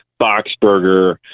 Boxberger